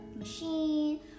Machine